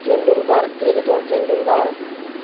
তেণ্ডুলকাৰ ক্ৰিকেটৰ তেণ্ডুলকাৰ